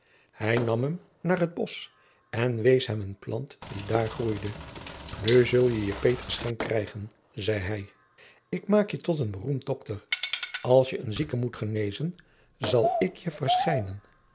hij nam hem naar het bosch en wees hem een plant die daar groeide nu zul je je peetgeschenk krijgen zei hij ik maak je tot een beroemd dokter als je een zieke moet genezen zal ik je verschijnen